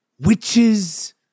witches